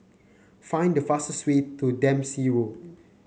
find the fastest way to Dempsey Road